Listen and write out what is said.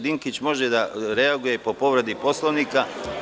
Dinkić može da reaguje i po povredi Poslovnika.